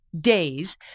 days